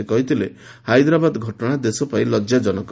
ସେ କହିଥିଲେ ହାଇଦରାବାଦ ଘଟଣା ଦେଶ ପାଇଁ ଲଜାଜନକ